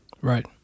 Right